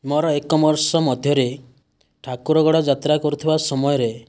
ମୋର ଏକ ମର୍ଶ ମଧ୍ୟରେ ଠାକୁର ଗୁଡ଼ା ଯାତ୍ରା କରୁଥିବା ସମୟରେ